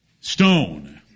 stone